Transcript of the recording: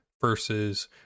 versus